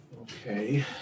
Okay